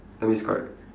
that means correct